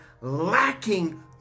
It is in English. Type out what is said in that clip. lacking